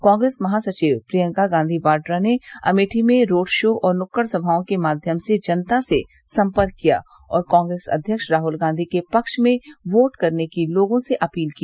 कांग्रेस महासचिव प्रियंका गांधी वाड्रा ने अमेठी में रोड शो और नुक्कड़ सभाओं के माध्यम से जनता से सम्पर्क किया और कांग्रेस अध्यक्ष राहल गांधी के पक्ष में वोट करने की लोगों से अपील की